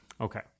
Okay